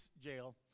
jail